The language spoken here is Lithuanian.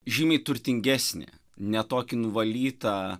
žymiai turtingesni ne tokį nuvalytą